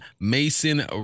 Mason